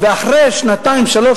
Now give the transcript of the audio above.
ואחרי שנתיים-שלוש,